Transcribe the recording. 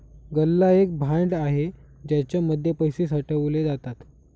गल्ला एक भांड आहे ज्याच्या मध्ये पैसे साठवले जातात